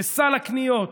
בסל הקניות,